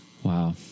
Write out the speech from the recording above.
Wow